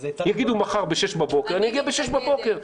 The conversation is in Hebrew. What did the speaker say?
יגידו מחר ב-6 בבוקר, נגיע ב-6 בבוקר.